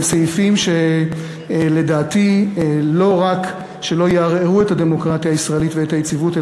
הם סעיפים שלדעתי לא רק שלא יערערו את הדמוקרטיה הישראלית ואת היציבות,